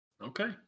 Okay